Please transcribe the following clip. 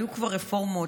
היו כבר רפורמות,